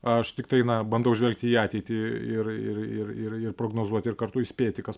aš tiktai na bandau žvelgti į ateitį ir ir ir ir ir prognozuoti ir kartu įspėti kas